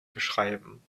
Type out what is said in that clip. beschreiben